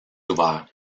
ouverts